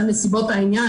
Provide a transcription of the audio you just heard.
על נסיבות העניין,